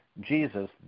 Jesus